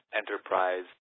enterprise